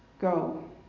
Go